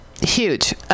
Huge